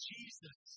Jesus